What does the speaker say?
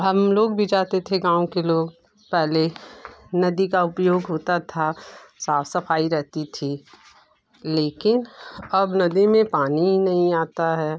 हम लोग भी जाते थे गाँव के लोग पहले नदी का उपयोग होता था साफ सफाई रहती थी लेकिन अब नदी में पानी ही नहीं आता है